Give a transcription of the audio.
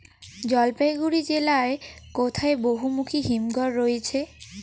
জলপাইগুড়ি জেলায় কোথায় বহুমুখী হিমঘর রয়েছে?